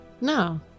no